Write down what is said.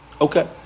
Okay